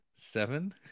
seven